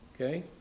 Okay